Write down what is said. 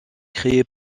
créé